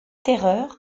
terreur